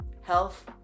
Health